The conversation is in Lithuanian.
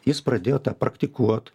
jis pradėjo tą praktikuot